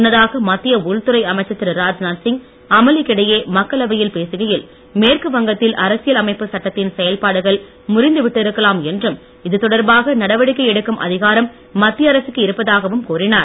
முன்னதாக மத்திய உள்துறை அமைச்சர் திரு ராஜ்நாத் சிங் அமளிக்கிடையே மக்களவையில் பேசுகையில் மேற்கு வங்கத்தில் அரசியல் அமைப்பு சட்டத்தின் செயல்பாடுகள் முறிந்து விட்டிருக்கலாம் என்றும் இதுதொடர்பாக நடவடிக்கை எடுக்கும் அதிகாரம் மத்திய அரசுக்கு இருப்பதாகவும் கூறினார்